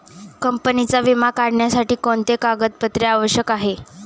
कंपनीचा विमा काढण्यासाठी कोणते कागदपत्रे आवश्यक आहे?